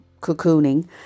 cocooning